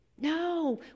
No